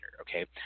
okay